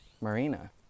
Marina